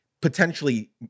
potentially